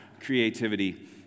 creativity